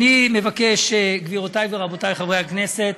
אני מבקש, גבירותי ורבותי חברי הכנסת,